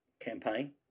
campaign